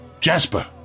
Jasper